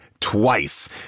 Twice